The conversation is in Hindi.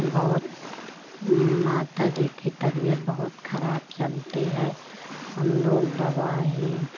बहुत माता जी की तबीयत बहुत ख़राब चलती है हम लोग दवा ही